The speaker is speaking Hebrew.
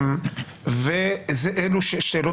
אלו שאלות